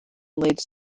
leads